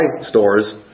stores